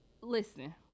listen